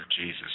Jesus